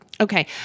Okay